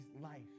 life